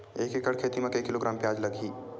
एक एकड़ खेती म के किलोग्राम प्याज लग ही?